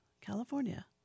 California